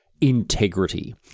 integrity